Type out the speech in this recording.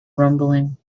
rumbling